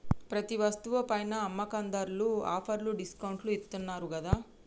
ప్రతి వస్తువు పైనా అమ్మకందార్లు ఆఫర్లు డిస్కౌంట్లు ఇత్తన్నారు గదా